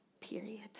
period